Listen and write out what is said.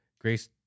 Grace